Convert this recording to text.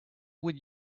would